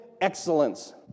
excellence